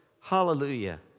Hallelujah